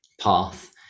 path